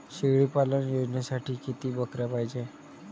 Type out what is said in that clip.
शेळी पालन योजनेसाठी किती बकऱ्या पायजे?